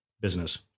business